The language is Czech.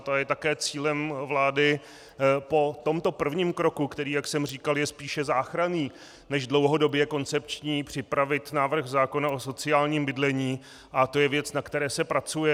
A je také cílem vlády po tomto prvním kroku, který, jak jsem říkal, je spíše záchranný než dlouhodobě koncepční, připravit návrh zákona o sociálním bydlení a to je věc, na které se pracuje.